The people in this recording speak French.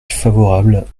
favorable